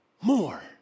More